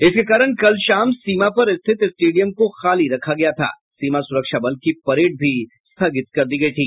इसके कारण कल शाम सीमा पर स्थित स्टेडियम को खाली रखा गया था सीमा सुरक्षा बल की परेड भी स्थगित कर दी गयी थी